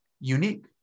unique